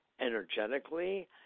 energetically